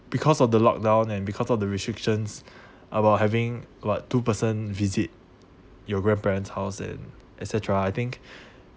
because of the lock down and because of the restrictions of about having about two person visit your grandparents' house and etc cetera I think